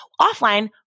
Offline